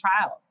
child